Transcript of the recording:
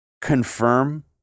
confirm